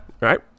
right